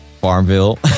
Farmville